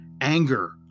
anger